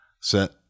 Set